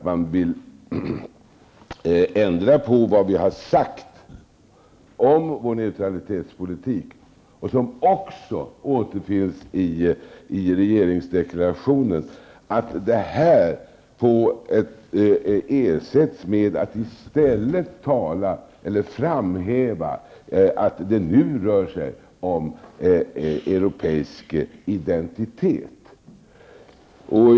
Man vill ju ändra på vad vi har sagt om Sveriges neutralitetspolitik. Det här återfinns också i regeringsdeklarationen. Det framhävs ju i stället att det nu rör sig om en europeisk identitet.